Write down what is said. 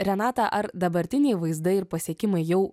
renata ar dabartiniai vaizdai ir pasiekimai jau